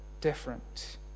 different